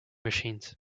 machines